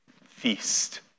feast